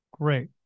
great